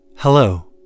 Hello